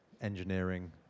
engineering